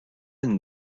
une